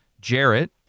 Jarrett